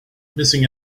missing